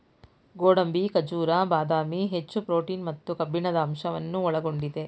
ಗೋಡಂಬಿ, ಖಜೂರ, ಬಾದಾಮಿ, ಹೆಚ್ಚು ಪ್ರೋಟೀನ್ ಮತ್ತು ಕಬ್ಬಿಣದ ಅಂಶವನ್ನು ಒಳಗೊಂಡಿದೆ